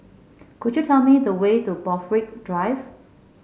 could you tell me the way to Borthwick Drive